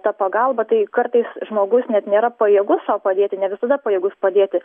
ta pagalba tai kartais žmogus net nėra pajėgus sau padėti ne visada pajėgus padėti